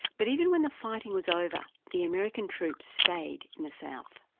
but even when the fighting was over, the american troops stayed in the south.